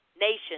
nation